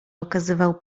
okazywał